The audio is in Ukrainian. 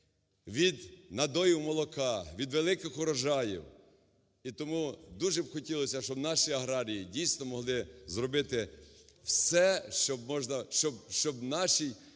від надоїв молока, від великих урожаїв. І тому дуже б хотілося, щоби наші аграрії, дійсно, могли зробити все, щоб в нашій